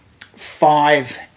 five